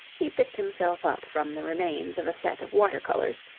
he picked himself up from the remains of a set of water-colours,